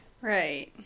Right